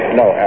no